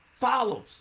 follows